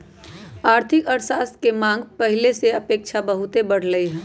आर्थिक अर्थशास्त्र के मांग पहिले के अपेक्षा बहुते बढ़लइ ह